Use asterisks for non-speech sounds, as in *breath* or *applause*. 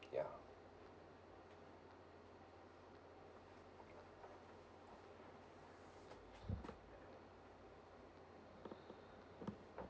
ya *breath*